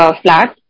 flat